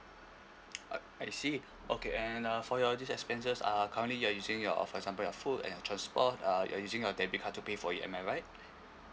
oh I see okay and uh for your these expenses ah currently you are using your or example your food and your transport uh you are using your debit card to pay for it am I right